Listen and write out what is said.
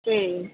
சரி